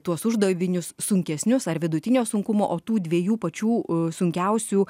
tuos uždavinius sunkesnius ar vidutinio sunkumo o tų dviejų pačių sunkiausių